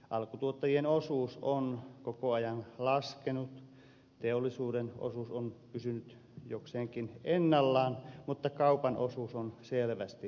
alkutuottajien osuus on koko ajan laskenut teollisuuden osuus on pysynyt jokseenkin ennallaan mutta kaupan osuus on selvästi kasvanut